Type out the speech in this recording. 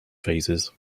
phases